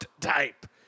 type